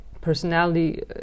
personality